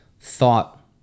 thought